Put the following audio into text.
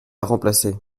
remplacer